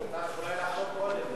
היה צריך לחשוב קודם.